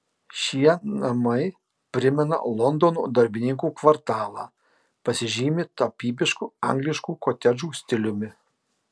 šie namai primena londono darbininkų kvartalą pasižymi tapybišku angliškų kotedžų stiliumi